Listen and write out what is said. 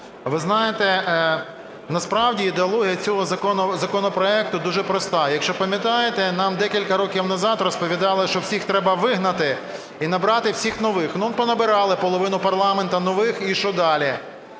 Ви знаєте, насправді ідеологія цього законопроекту дуже проста. Якщо пам'ятаєте, нам декілька років назад розповідали, що всіх треба вигнати і набрати всіх нових. Ну, понабирали половину парламенту нових – і що далі?